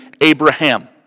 Abraham